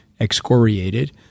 excoriated